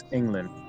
England